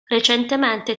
recentemente